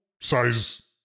size